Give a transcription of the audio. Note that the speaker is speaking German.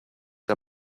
der